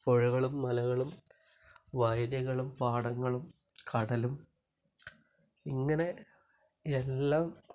പുഴകളും മലകളും വയലുകളും പാടങ്ങളും കടലും ഇങ്ങനെ എല്ലാം